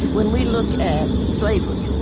when we look at slavery,